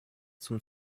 zum